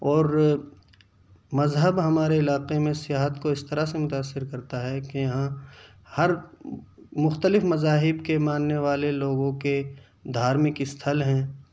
اور مذہب ہمارے علاقے میں سیاحت کو اس طرح سے متاثر کرتا ہے کہ یہاں ہر مختلف مذاہب کے ماننے والے لوگوں کے دھارمک استھل ہیں